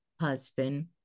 husband